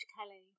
Kelly